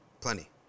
Plenty